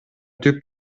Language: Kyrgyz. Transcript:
түп